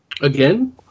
Again